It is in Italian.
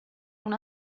una